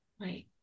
right